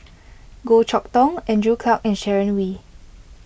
Goh Chok Tong Andrew Clarke and Sharon Wee